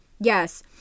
Yes